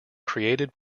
created